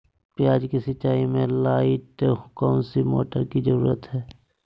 प्याज की सिंचाई के लाइट कौन सी मोटर की जरूरत है?